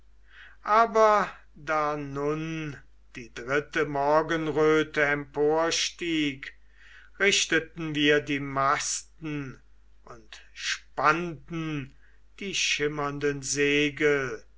aber da nun die dritte der morgenröten emporstieg richteten wir die masten und spannten die schimmernden segel